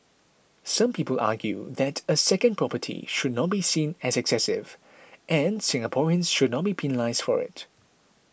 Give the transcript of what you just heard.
some people argue that a second property should not be seen as excessive and Singaporeans should not be penalised for it